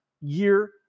year